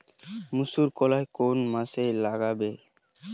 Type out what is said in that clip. মুসুর কলাই কোন মাসে লাগাব?